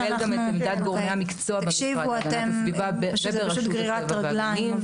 תקשיבו זה פשוט גרירת רגליים,